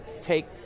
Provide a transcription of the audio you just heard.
take